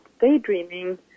daydreaming